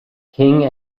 king